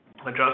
Adjust